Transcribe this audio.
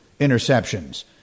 interceptions